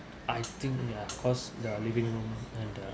I think ya cause the living room and the